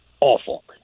awful